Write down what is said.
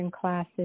classes